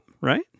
right